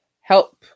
help